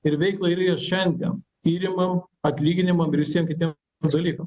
ir veiklai reikia šiandien tyrimam atlyginimam visiem kitiem dalykam